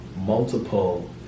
multiple